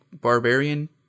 barbarian